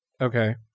Okay